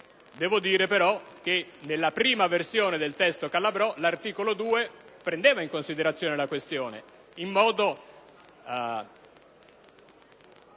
Devo dire però che nella prima versione del testo Calabrò l'articolo 2 prendeva in considerazione la questione in un modo